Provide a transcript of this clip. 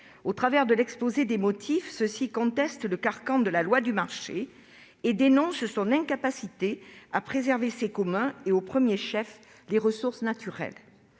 Au travers de l'exposé des motifs, ils contestent le carcan de la loi du marché et dénoncent son incapacité à préserver ces communs, au premier chef les ressources naturelles.